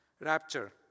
Rapture